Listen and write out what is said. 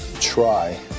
try